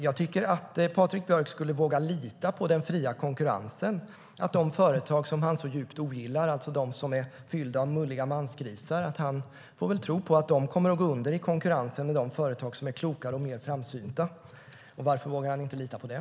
Jag tycker att Patrik Björck skulle våga lita på den fria konkurrensen och på att de företag som han djupt ogillar, det vill säga de som är fyllda av mulliga mansgrisar, kommer att gå under i konkurrensen med de företag som är klokare och mer framsynta. Varför vågar han inte lita på det?